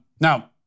Now